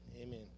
Amen